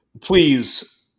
please